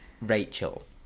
Rachel